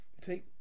take